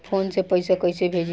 Phone से पैसा कैसे भेजी?